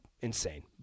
insane